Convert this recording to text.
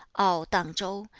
ao dang zhou,